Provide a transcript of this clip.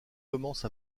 commence